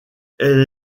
elle